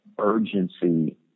urgency